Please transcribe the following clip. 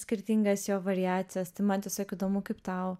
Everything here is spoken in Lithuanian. skirtingas jo variacijas tai man tiesiog įdomu kaip tau